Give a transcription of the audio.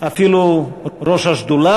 אפילו ראש השדולה,